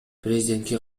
президентке